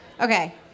Okay